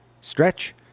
stretch